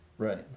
right